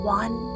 one